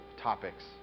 topics